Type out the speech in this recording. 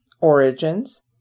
Origins